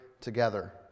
together